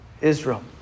Israel